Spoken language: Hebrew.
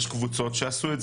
יש קבוצות שעשו את זה,